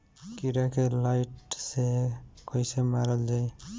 कीड़ा के लाइट से कैसे मारल जाई?